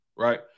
right